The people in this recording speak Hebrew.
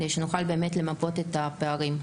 כדי שנוכל למפות את הפערים.